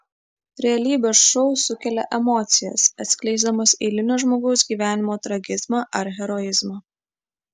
realybės šou sukelia emocijas atskleisdamas eilinio žmogaus gyvenimo tragizmą ar heroizmą